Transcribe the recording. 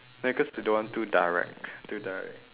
ya cause they don't want too direct too direct